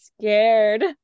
scared